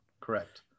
Correct